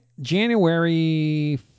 January